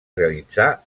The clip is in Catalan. realitzar